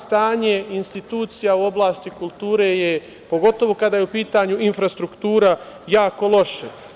Stanje institucija u oblasti kulture, pogotovo kada je u pitanju infrastruktura jako loše.